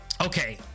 okay